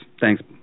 Thanks